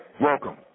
Welcome